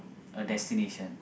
a destination